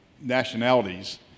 nationalities